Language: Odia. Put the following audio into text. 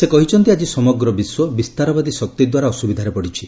ସେ କହିଛନ୍ତି ଆଜି ସମଗ୍ର ବିଶ୍ୱ ବିସ୍ତାରବାଦୀ ଶକ୍ତି ଦ୍ୱାରା ଅସୁବିଧାରେ ପଡିଛି